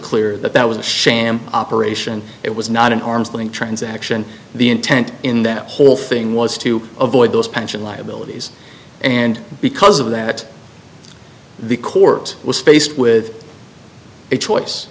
clear that that was a sham operation it was not an arm's length transaction the intent in that whole thing was to avoid those pension liabilities and because of that the court was faced with a choice